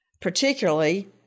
particularly